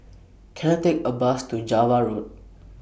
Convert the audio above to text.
Can I Take A Bus to Java Road